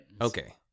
Okay